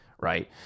right